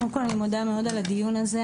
קודם כל אני מודה מאוד על הדיון הזה,